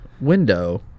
Window